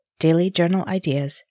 dailyjournalideas